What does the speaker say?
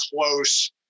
close